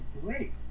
great